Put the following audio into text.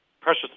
Precious